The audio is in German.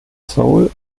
seoul